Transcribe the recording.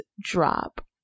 drop